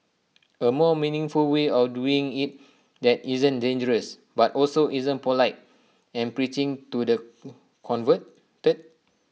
A more meaningful way of doing IT that isn't dangerous but also isn't polite and preaching to the converted